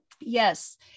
Yes